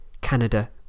Canada